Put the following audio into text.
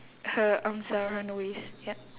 her arms are on her waist ya